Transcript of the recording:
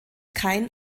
kein